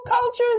cultures